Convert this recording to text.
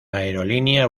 aerolínea